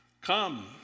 Come